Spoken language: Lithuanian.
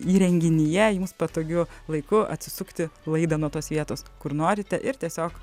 įrenginyje jums patogiu laiku atsisukti laidą nuo tos vietos kur norite ir tiesiog